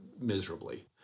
miserably